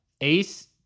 Ace